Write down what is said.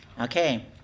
Okay